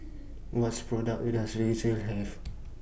What's products Does Vagisil Have